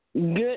Good